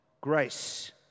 grace